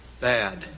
bad